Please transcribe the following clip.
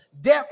death